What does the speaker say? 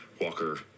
Walker